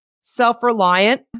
self-reliant